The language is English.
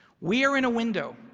we are in a window,